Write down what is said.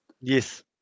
Yes